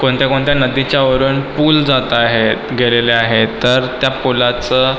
कोणत्या कोणत्या नदीच्या वरून पूल जात आहेत गेलेले आहेत तर त्या पुलाचं